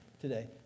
today